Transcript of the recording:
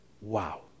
Wow